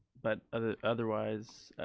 but ah otherwise,